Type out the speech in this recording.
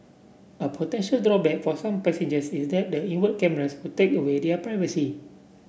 a potential drawback for some passengers is that the inward cameras would take away their privacy